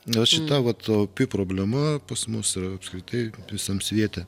na šita vat opi problema pas mus apskritai visam sviete